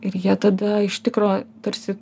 ir jie tada iš tikro tarsi